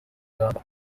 uganda